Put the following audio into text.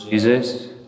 Jesus